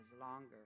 longer